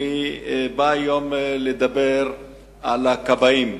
אני בא היום לדבר על הכבאים.